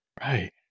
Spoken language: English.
Right